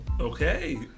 Okay